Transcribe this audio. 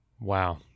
Wow